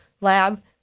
Lab